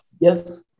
Yes